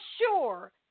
sure